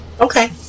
Okay